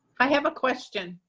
i have a question.